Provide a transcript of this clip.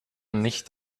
nicht